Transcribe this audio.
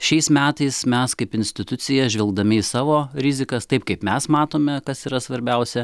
šiais metais mes kaip institucija žvelgdami į savo rizikas taip kaip mes matome kas yra svarbiausia